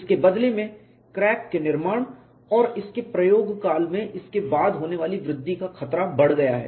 इसके बदले में क्रैक के निर्माण और इसके प्रयोगकाल में इसके बाद होने वाली वृद्धि का खतरा बढ़ गया है